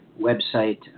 website